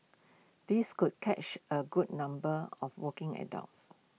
this could catch A good number of working adults